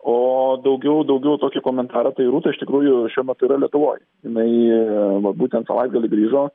o daugiau daugiau tokį komentarą tai rūta iš tikrųjų šiuo metu yra lietuvoj jinai va būtent savaitgalį grįžo